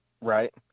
Right